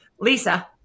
Lisa